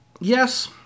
Yes